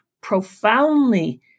profoundly